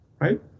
right